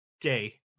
day